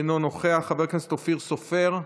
אינו נוכח, חבר הכנסת אופיר סופר,